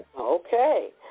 Okay